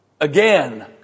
Again